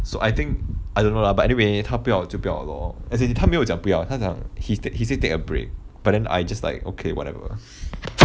so I think I don't know lah but anyway 他不要就不要 lor as in 他没有讲不要他讲 he say take a break but then I just like okay whatever